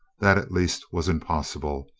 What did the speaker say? that at least was impossible.